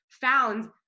found